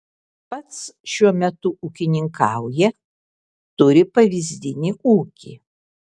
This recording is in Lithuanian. pats šiuo metu ūkininkauja turi pavyzdinį ūkį